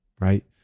right